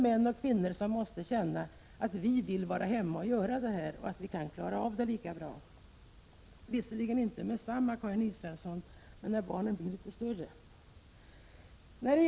Män och kvinnor måste själva känna att de vill vara hemma och göra detta och att de kan klara av det lika bra — visserligen inte med detsamma, Karin Israelsson, men när barnen blir litet större.